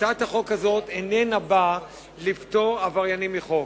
הצעת החוק הזאת איננה באה לפטור עבריינים מחוק,